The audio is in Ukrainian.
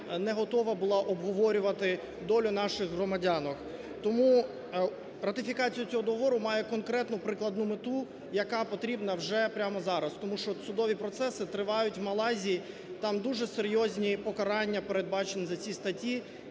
не готова була обговорювати долю наших громадянок. Тому ратифікація цього договору має конкретну прикладну мету, яка потрібна вже прямо зараз, тому що судові процеси тривають в Малайзії, там дуже серйозні покарання передбачені за ці статті